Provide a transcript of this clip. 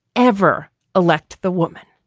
ever elect the woman.